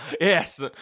yes